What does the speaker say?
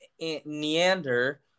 Neander